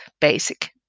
basic